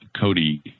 Cody